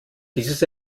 dieses